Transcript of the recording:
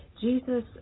jesus